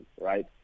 right